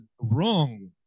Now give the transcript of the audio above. wrong